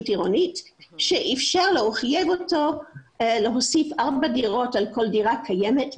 עירונית שאפשרה לו או חייבה אותו להוסיף ארבע דירות על כל דירה קיימת,